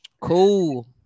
Cool